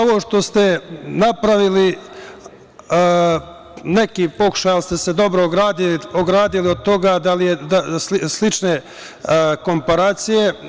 Ovo što ste napravili, neki pokušaj, ali ste se dobro ogradili od toga, od slične komparacije.